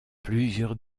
plusieurs